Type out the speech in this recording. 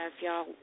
y'all